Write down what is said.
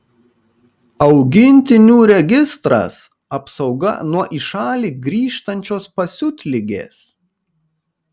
augintinių registras apsauga nuo į šalį grįžtančios pasiutligės